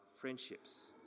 friendships